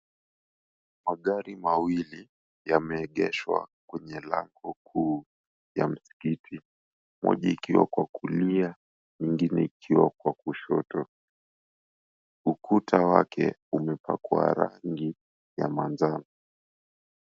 Magari mawili yame egeshwa kwenye lango kuu ya msikiti. Moja ikiwa kwa kulia, ingine ikiwa kwa kushoto. Ukuta wake umepakwa rangi ya manjano.